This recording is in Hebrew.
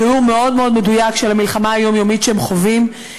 תיאור מאוד מאוד מדויק של המלחמה היומיומית שהם חווים.